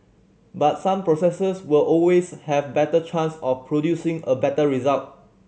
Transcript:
but some processes will always have better chance of producing a better result